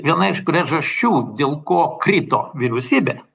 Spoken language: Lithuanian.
viena iš priežasčių dėl ko krito vyriausybė